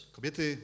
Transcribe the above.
Kobiety